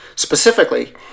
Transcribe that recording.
Specifically